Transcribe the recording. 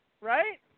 Right